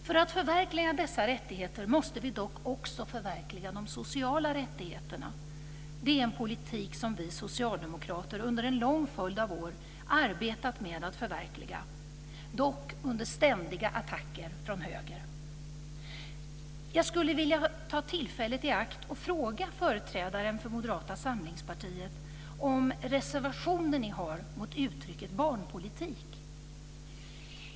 För att förverkliga dessa rättigheter måste vi också förverkliga de sociala rättigheterna. Det är en politik som vi socialdemokrater under en lång följd av år arbetat med att förverkliga - dock under ständiga attacker från höger. Jag skulle vilja ta tillfället i akt att fråga företrädaren för Moderaterna om reservationen ni har mot uttrycket barnpolitik.